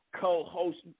co-host